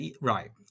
Right